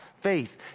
faith